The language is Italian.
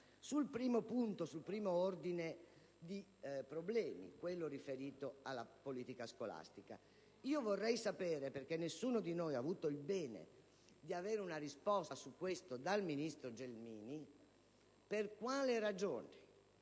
Con riguardo al primo ordine di problemi, quello riferito alla politica scolastica, vorrei sapere, perché nessuno di noi ha avuto il bene di avere una risposta su questo dal ministro Gelmini, per quale ragione